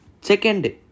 Second